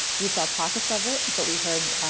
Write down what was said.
we saw pockets of it but we heard,